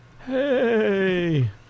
Hey